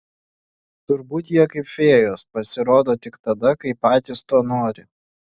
turbūt jie kaip fėjos pasirodo tik tada kai patys to nori